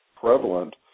prevalent